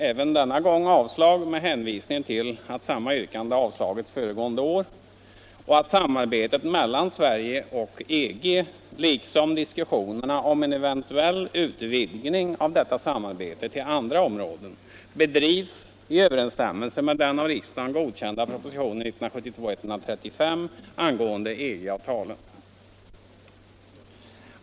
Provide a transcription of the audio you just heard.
Utskottet yrkar avslag med hänvisning till att samma yrkande avslagits föregående år och att samarbetet mellan Sverige och EG liksom diskussionerna om en eventuell utvidgning av detta samarbete till andra områden bedrivs i överensstämmelse med den av riksdagen godkända propositionen 1972:135 angående EG-avtalen.